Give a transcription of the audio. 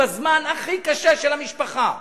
בזמן הכי קשה של המשפחה,